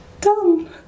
Done